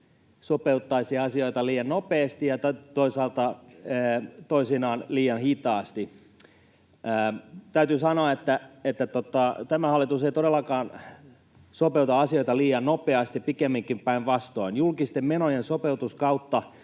sopeuttaisi asioita liian nopeasti, ja toisaalta toisinaan liian hitaasti. Täytyy sanoa, että tämä hallitus ei todellakaan sopeuta asioita liian nopeasti, pikemminkin päinvastoin. Julkisten menojen sopeutuskautta